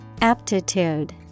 Aptitude